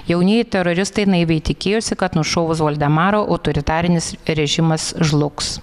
jaunieji teroristai naiviai tikėjosi kad nušovus voldemarą autoritarinis režimas žlugs